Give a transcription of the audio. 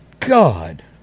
God